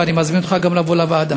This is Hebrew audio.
ואני מזמין אותך לבוא לוועדה.